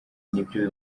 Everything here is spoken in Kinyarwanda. nibyo